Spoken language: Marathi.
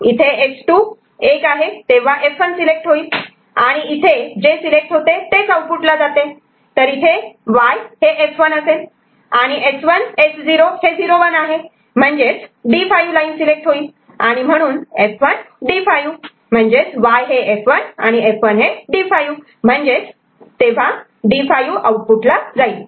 इथे S2 1 तेव्हा F1 सिलेक्ट होईल आणि इथे जे सिलेक्ट होते तेच आउटपुट ला जाते तर इथे Y F1 आणि S1 S0 हे 0 1 आहे म्हणजेच D5 सिलेक्ट होईल आणि म्हणून F1 D5 Y F1 D5 तेव्हा D5 आउटपुट ला जाईल